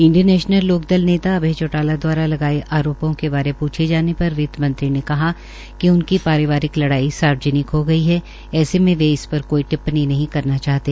Indian national Lokdal नेता अभय चौटाला दवारा लगाये आरोपों बारे पूछे जाने पर वितमंत्री ने कहा कि उनकी परिवारिक लड़ाई सार्वजनिक हो गई है ऐसे में वे इस पर कोई टिप्पणी नहीं करना चाहते